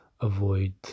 avoid